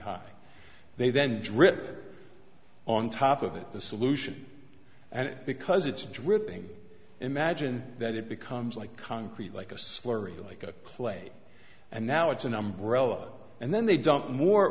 high they then drip on top of it the solution and because it's dripping imagine that it becomes like concrete like a slurry like a clay and now it's an umbrella and then they dump more